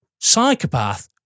psychopath